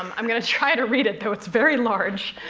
i'm going to try to read it, though it's very large.